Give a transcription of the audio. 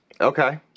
Okay